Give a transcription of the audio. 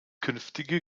künftige